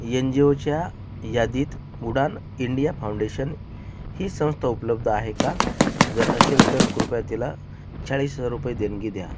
येनजीओच्या यादीत Udaan India Foundation ही संस्था उपलब्ध आहे का जर असेल तर कृपया तिला चाळीस हजार रुपये देणगी द्या